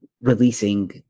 releasing